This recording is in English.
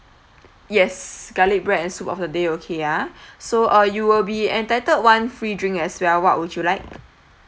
yes garlic bread and soup of the day okay ah so uh you will be entitled one free drink as well what would you like